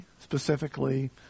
specifically